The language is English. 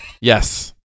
Yes